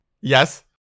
Yes